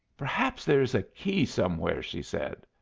perhaps there is a key somewhere, she said.